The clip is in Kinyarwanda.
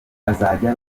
azajya